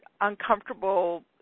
uncomfortable